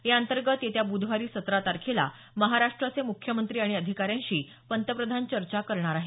या अंतर्गत येत्या ब्धवारी सतरा तारखेला महाराष्ट्राचे मुख्यमंत्री आणि अधिकाऱ्यांशी पंतप्रधान चर्चा करणार आहेत